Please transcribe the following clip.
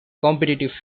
competitive